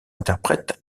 interprète